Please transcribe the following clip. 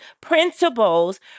principles